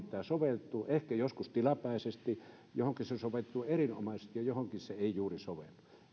tämä soveltuu ehkä joskus tilapäisesti johonkin se soveltuu erinomaisesti ja johonkin se ei juuri sovellu